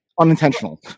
Unintentional